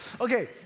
okay